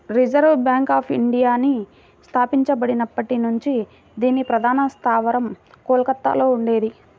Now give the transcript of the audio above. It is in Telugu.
రిజర్వ్ బ్యాంక్ ఆఫ్ ఇండియాని స్థాపించబడినప్పటి నుంచి దీని ప్రధాన స్థావరం కోల్కతలో ఉండేది